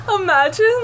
Imagine